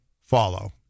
follow